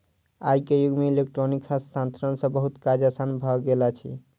आई के युग में इलेक्ट्रॉनिक हस्तांतरण सॅ बहुत काज आसान भ गेल अछि